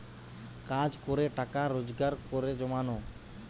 কাজ করে টাকা রোজগার করে জমানো